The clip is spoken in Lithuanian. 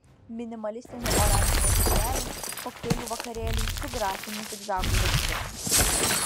minimalistinė oranžinė suknelė kokteilių vakarėliui su grafiniu zigzagų raštu